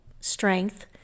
strength